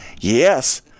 Yes